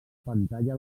pantalla